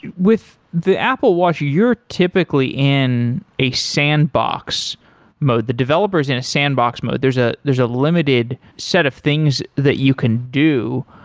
with the apple watch, you're typically in a sandbox mode. the developer is in a sandbox mode. there is ah a limited set of things that you can do.